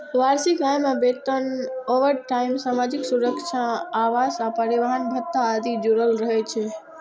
वार्षिक आय मे वेतन, ओवरटाइम, सामाजिक सुरक्षा, आवास आ परिवहन भत्ता आदि जुड़ल रहै छै